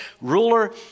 ruler